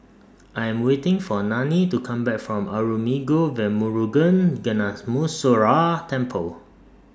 I'm waiting For Nanie to Come Back from Arulmigu Velmurugan Gnanamuneeswarar Temple